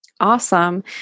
Awesome